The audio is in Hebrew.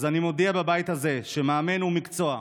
אז אני מודיע בבית הזה שמאמן הוא מקצוע,